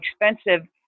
expensive